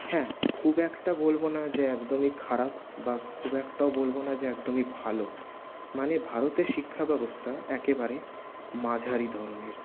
হ্যাঁ খুব একটা বলবো না যে একদমই খারাপ বা খুব একটাও বলবো না যে একদমই ভালো মানে ভারতের শিক্ষাব্যবস্থা একেবারে মাঝারি ধরনের